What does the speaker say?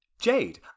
Jade